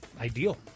ideal